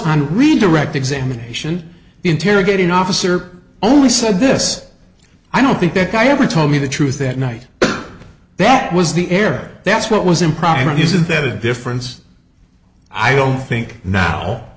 on redirect examination interrogating officer only said this i don't think that guy ever told me the truth that night that was the air that's what was improper he's in bed difference i don't think now